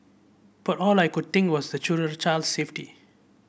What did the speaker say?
but all I could think was the children's child safety